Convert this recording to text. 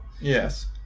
Yes